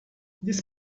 this